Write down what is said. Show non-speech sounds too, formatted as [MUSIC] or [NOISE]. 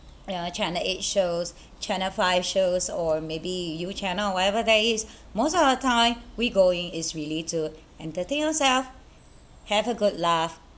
uh channel eight shows [BREATH] channel five shows or maybe U channel or whatever that is [BREATH] most of our time we go in is really to entertain yourself have a good laugh